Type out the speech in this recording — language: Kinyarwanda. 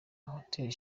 hotel